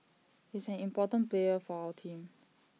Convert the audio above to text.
he's an important player for our team